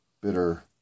bitter